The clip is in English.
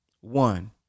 One